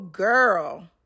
Girl